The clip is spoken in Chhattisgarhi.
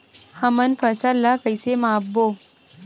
हमन फसल ला कइसे माप बो?